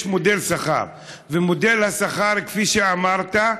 יש מודל שכר, ומודל השכר, כפי שאמרת,